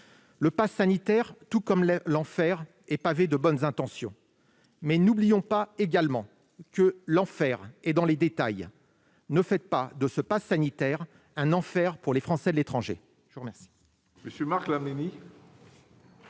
Le passe sanitaire, tout comme l'enfer, est pavé de bonnes intentions. N'oublions pas non plus que l'enfer est dans les détails : ne faites pas de ce passe sanitaire un enfer pour les Français de l'étranger. La parole